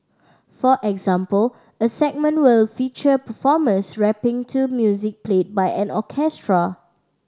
for example a segment will feature performers rapping to music played by an orchestra